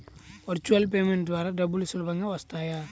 Virtual payment ద్వారా డబ్బులు సులభంగా వస్తాయా?